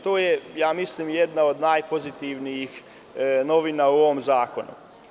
To je, ja mislim, jedna od najpozitivnijih novina u ovom zakonu.